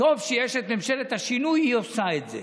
טוב שיש את ממשלת השינוי, היא עושה את זה.